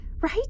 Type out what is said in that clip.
right